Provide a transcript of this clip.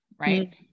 right